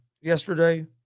yesterday